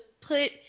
put